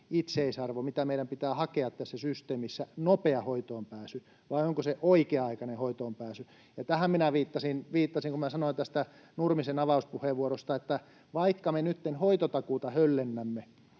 itseisarvo, mitä meidän pitää hakea tässä systeemissä, vai onko se oikea-aikainen hoitoonpääsy. Tähän minä viittasin, kun sanoin tästä Nurmisen avauspuheenvuorosta, että vaikka me nytten hoitotakuuta höllennämme,